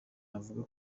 avuga